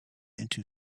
into